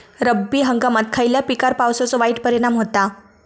रब्बी हंगामात खयल्या पिकार पावसाचो वाईट परिणाम होता?